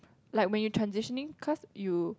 like when you transitioning cause you